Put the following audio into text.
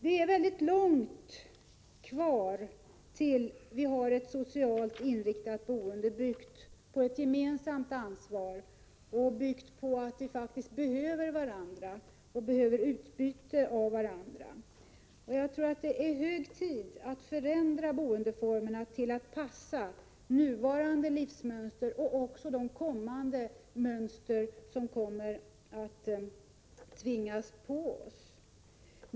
Det är mycket långt kvar tills vi har ett socialt inriktat boende, byggt på ett gemensamt ansvar och byggt på att människor faktiskt behöver varandra, utbyte av varandra. Det är hög tid att förändra boendeformerna så att de passar nuvarande levnadsmönster och även de levnadsmönster som kommer att tvingas på oss.